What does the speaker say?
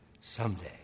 Someday